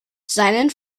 seinen